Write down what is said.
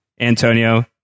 antonio